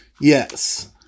Yes